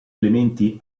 elementi